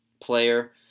player